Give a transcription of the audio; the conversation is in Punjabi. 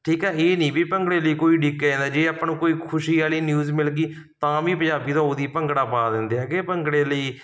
ਠੀਕ ਹੈ ਇਹ ਨਹੀਂ ਵੀ ਭੰਗੜੇ ਲਈ ਕੋਈ ਉਡੀਕਿਆ ਜਾਂਦਾ ਜੇ ਆਪਾਂ ਨੂੰ ਕੋਈ ਖੁਸ਼ੀ ਵਾਲੀ ਨਿਊਜ਼ ਮਿਲ ਗਈ ਤਾਂ ਵੀ ਪੰਜਾਬੀ ਤਾਂ ਉਹਦੀ ਭੰਗੜਾ ਪਾ ਦਿੰਦੇ ਹੈਗੇ ਭੰਗੜੇ ਲਈ